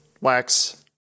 wax